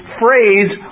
phrase